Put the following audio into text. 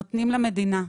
נותנים למדינה,